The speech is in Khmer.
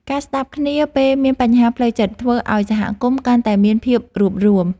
ការស្ដាប់គ្នាពេលមានបញ្ហាផ្លូវចិត្តធ្វើឱ្យសហគមន៍កាន់តែមានភាពរួបរួម។